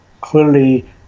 clearly